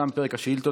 תם פרק השאילתות.